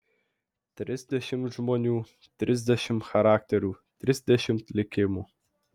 trisdešimt žmonių trisdešimt charakterių trisdešimt likimų